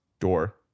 door